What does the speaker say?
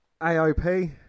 AOP